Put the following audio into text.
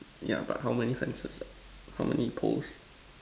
yeah but how many fences how many poles